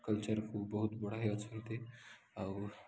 କଲ୍ଚର୍କୁ ବହୁତ ବଢ଼ାଇ ଅଛନ୍ତି ଆଉ